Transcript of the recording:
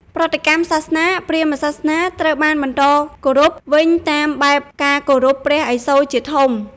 ប្រតិកម្មសាសនា ព្រាហ្មណ៍សាសនាត្រូវបានបន្តគោរពវិញ តាមបែបការគោរពព្រះឥសូរជាធំ។